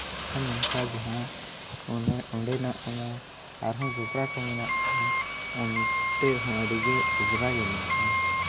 ᱟᱨ ᱱᱚᱝᱠᱟ ᱡᱟᱦᱟᱸ ᱚᱸᱰᱮᱱᱟᱜ ᱚᱱᱟ ᱟᱨᱦᱚᱸ ᱡᱚᱵᱽᱨᱟ ᱠᱚ ᱢᱮᱱᱟᱜᱼᱟ ᱚᱱᱛᱮ ᱦᱚᱸ ᱟᱹᱰᱤᱜᱮ ᱚᱡᱽᱨᱟᱜᱮ ᱢᱮᱱᱟᱜᱼᱟ